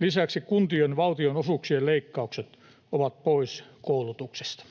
Lisäksi kun-tien valtionosuuksien leikkaukset ovat pois koulutuksesta.